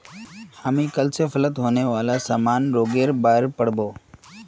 हामी कल स फलत होने वाला सामान्य रोगेर बार पढ़ मु